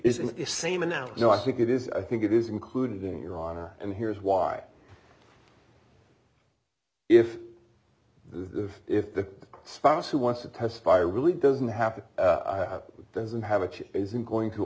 isn't the same now you know i think it is i think it is included in your honor and here's why if the if the spouse who wants to testify really doesn't happen doesn't have it she isn't going to